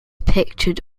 pictured